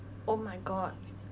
oh my god